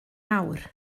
nawr